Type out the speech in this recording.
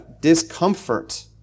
discomfort